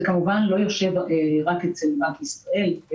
זה כמובן לא יושב רק בבנק ישראל.